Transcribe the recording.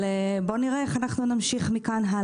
נראה איך נמשיך מפה.